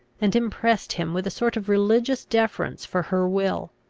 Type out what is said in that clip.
and impressed him with a sort of religious deference for her will.